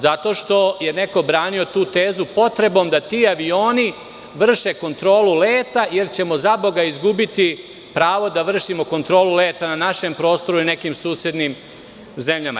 Zato što je neko branio tu tezu potrebom da ti avioni vrše kontrolu leta, jer ćemo zaboga izgubiti pravo da vršimo kontrolu leta na našem prostoru i nekim susednim zemljama.